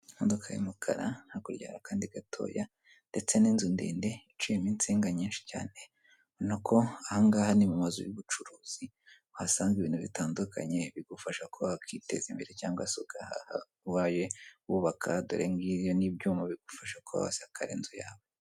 Imodoka y'umukara, hakurya hari akandi gatoya ndetse n'inzu ndende iciyemo insinga nyinshi cyane, ubona ko aha ni mu mazu y'ubucuruzi uhasanga ibintu bitandukanye, bigufasha kwiteza imbere cyangwa se ugahaha, ubaye wubaka dore ngibyo n'ibyuma bigufasha kuba wasakara inzu yawe.